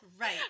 right